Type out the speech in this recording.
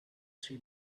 three